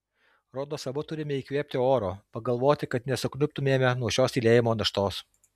rodos abu turime įkvėpti oro pagalvoti kad nesukniubtumėme nuo šios tylėjimo naštos